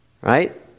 right